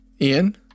Ian